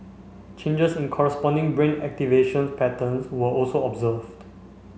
changes in corresponding brain activation patterns were also observed